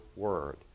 word